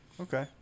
Okay